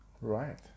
Right